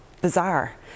bizarre